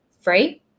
free